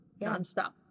nonstop